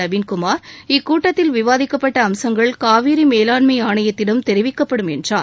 நவீன்குமார் இக்கூட்டத்தில் விவாதிக்கப்பட்ட அம்சங்கள் காவிரி மேலாண்மை ஆணையத்திடம் தெரிவிக்கப்படும் என்றார்